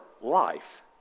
life